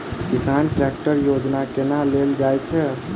किसान ट्रैकटर योजना केना लेल जाय छै?